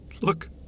Look